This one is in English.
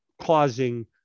causing